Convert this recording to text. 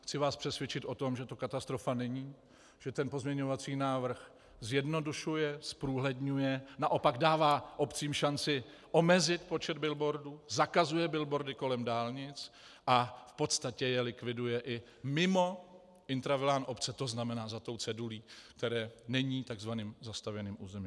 Chci vás přesvědčit o tom, že to katastrofa není, že ten pozměňovací návrh zjednodušuje, zprůhledňuje, naopak dává obcím šanci omezit počet billboardů, zakazuje billboardy kolem dálnic a v podstatě je likviduje i mimo intravilán obce, tzn. za tou cedulí, které není tzv. zastavěným územím.